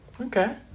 okay